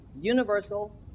universal